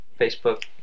Facebook